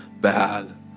bad